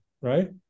right